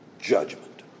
judgment